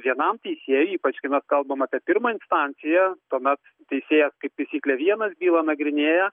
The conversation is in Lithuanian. vienam teisėjui ypač kai mes kalbam apie pirmąją partiją tuomet teisėjas kaip taisyklė vienas bylą nagrinėja